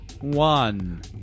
one